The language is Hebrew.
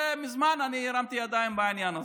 מזמן הרמתי ידיים בעניין הזה,